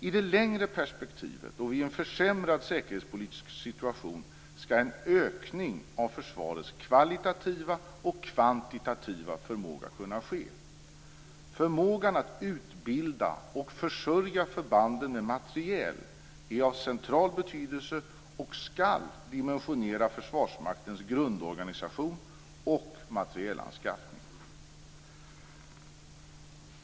I det längre perspektivet, och vid en försämrad säkerhetspolitisk situation, skall en ökning av försvarets kvalitativa och kvantitativa förmåga kunna ske. Förmågan att utbilda och försörja förbanden med materiel är av central betydelse och skall dimensionera Försvarsmaktens grundorganisation och materielanskaffning.